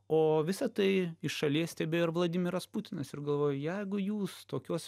o visa tai iš šalies stebėjo ir vladimiras putinas ir galvojo jeigu jūs tokios